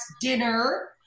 dinner